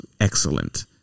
excellent